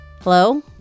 hello